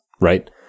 Right